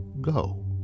go